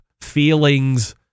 feelings